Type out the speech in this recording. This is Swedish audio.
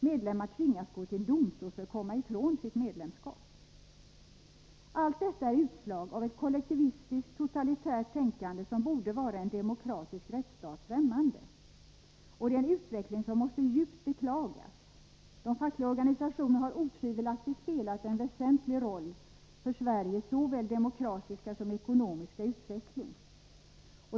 Medlemmar tvingas gå till domstol för att komma ifrån sitt medlemskap. Allt detta är utslag av ett kollektivistiskt, totalitärt tänkande, som borde vara en demokratisk rättsstat fträmmande. Det är en utveckling som måste djupt beklagas. De fackliga organisationerna har otvivelaktigt spelat en väsentlig roll för Sveriges såväl demokratiska som ekonomiska utveckling.